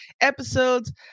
episodes